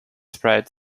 spread